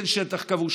כן שטח כבוש,